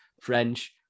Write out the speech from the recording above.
french